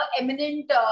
eminent